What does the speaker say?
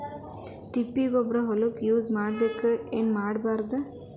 ತಿಪ್ಪಿಗೊಬ್ಬರ ಹೊಲಕ ಯೂಸ್ ಮಾಡಬೇಕೆನ್ ಮಾಡಬಾರದು?